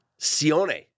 Sione